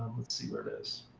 let's see where it is